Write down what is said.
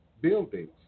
buildings